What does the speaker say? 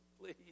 please